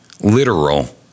literal